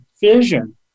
vision